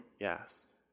yes